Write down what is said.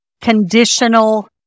conditional